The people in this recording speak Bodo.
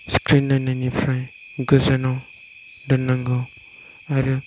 स्क्रिन नायनायनिफ्राय गोजानाव दोननांगौ आरो